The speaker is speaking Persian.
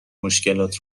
مشکلات